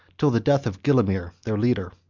till the death of gilimer, their leader.